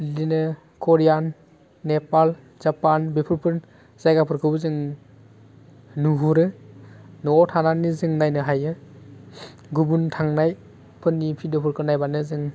बिदिनो करियान नेपाल जापान बेफोरखौ जायगाफोरखौबो जों नुह'रो न'वाव थानानैनो जों नायनो हायो गुबुन थांनायफोरनि भिडिअफोरखौ नायबानो जों